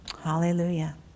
Hallelujah